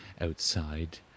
outside